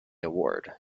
award